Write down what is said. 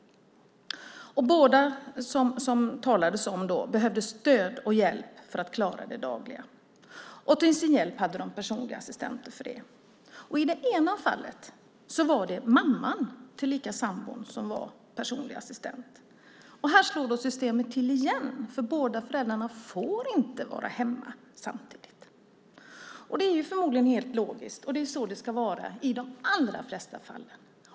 De båda papporna som det talades om behövde stöd och hjälp för att klara det dagliga. Till sin hjälp hade de personliga assistenter. I det ena fallet var det mamman, tillika sambon, som var personlig assistent. Då slår systemet till igen, för båda föräldrarna får inte vara hemma samtidigt. Det är förmodligen helt logiskt, och det är så det ska vara i de allra flesta fall.